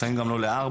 לפעמים גם לא לארבע.